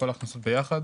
כל ההכנסות ביחד.